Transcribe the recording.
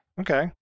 Okay